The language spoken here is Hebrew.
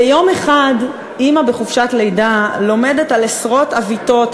ביום אחד אימא בחופשת לידה לומדת על עשרות עוויתות,